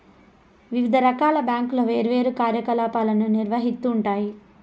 వివిధ రకాల బ్యాంకులు వేర్వేరు కార్యకలాపాలను నిర్వహిత్తూ ఉంటాయి